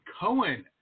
Cohen